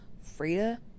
Frida